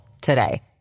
today